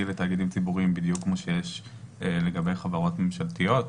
בתאגידים ציבוריים בדיוק כמו שיש לגבי חברות ממשלתיות.